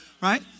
right